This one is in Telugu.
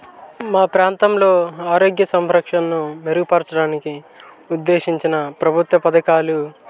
మా ప్రాంతంలో ఆరోగ్య సంరక్షణను మెరుగుపరచడానికి ఉద్దేశించిన ప్రభుత్వ పథకాలు